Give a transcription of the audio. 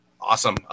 awesome